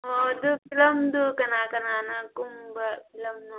ꯍꯣꯏ ꯍꯣꯏ ꯑꯗꯨ ꯐꯤꯂꯝꯗꯨ ꯀꯅꯥ ꯀꯅꯥꯅ ꯀꯨꯝꯕ ꯐꯤꯂꯝꯅꯣ